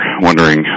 wondering